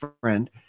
friend